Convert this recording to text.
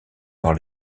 par